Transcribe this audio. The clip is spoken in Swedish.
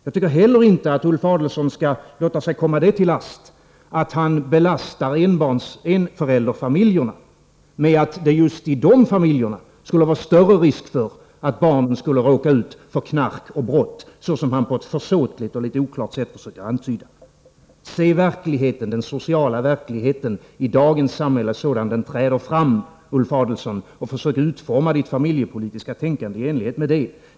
Jag tycker inte heller att Ulf Adelsohn skall låta det komma sig till last, att han belastar enförälderfamiljerna med att det just i de familjerna skulle vara en större risk för att barnen skulle råka ut för knark och brott, såsom han på ett försåtligt och litet oklart sätt försöker antyda. Se den sociala verkligheten i dagens samhälle sådan den träder fram, Ulf Adelsohn, och försök utforma det familjepolitiska tänkandet i enlighet med det.